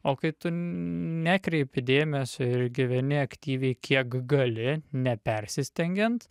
o kai tu nekreipi dėmesio ir gyveni aktyviai kiek gali nepersistengiant